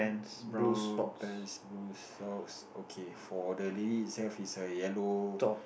brown pants blue socks okay for the lily itself is a yellow